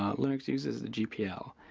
um linux uses the gpl,